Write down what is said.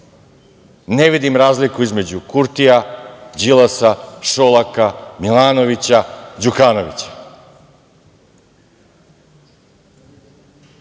Ne vidim razliku između Kurtija, Đilasa, Šolaka, Milanovića, Đukanovića. Mislim